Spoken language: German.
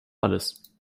alles